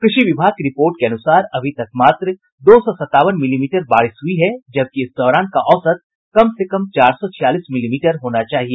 कृषि विभाग की रिपोर्ट के अनुसार अभी तक मात्र दो सौ संतावन मिलीमीटर बारिश हुई है जबकि इस दौरान का औसत कम से कम चार सौ छियालीस मिलीमीटर होना चाहिए